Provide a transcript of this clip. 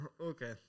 Okay